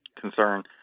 concern